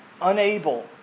unable